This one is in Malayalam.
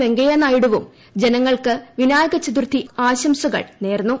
വെങ്കയ്യ നായിഡുവും ജനങ്ങൾക്ക് വിനായക ചതുർത്ഥി ആശംസകൾ നേർന്നു